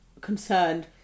concerned